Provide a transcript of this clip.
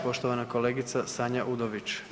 poštovana kolegica Sanja Udović.